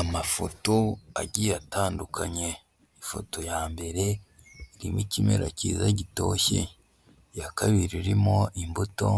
Amafoto agiye atandukanye, ifoto ya mbere irimo ikimera cyiza gitoshye, iya kabiri irimo imbuto